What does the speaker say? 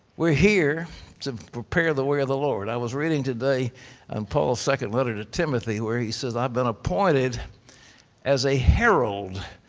we are here to prepare the way of the lord. i was reading today in and paul's second letter to timothy, where he says, i have been appointed as a herald,